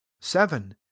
seven